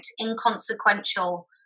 inconsequential